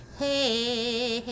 hey